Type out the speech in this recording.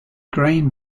grain